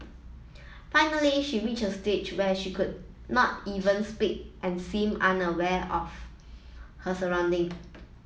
finally she reached a stage when she could not even speak and seemed unaware of her surrounding